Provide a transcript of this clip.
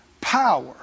power